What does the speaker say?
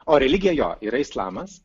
o religija jo yra islamas